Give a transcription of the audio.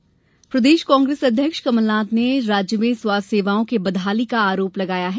कमलनाथ प्रदेश कांग्रेस अध्यक्ष कमलनाथ ने राज्य में स्वास्थ्य सेवाओं के बदहाली का आरोप लगाया है